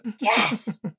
Yes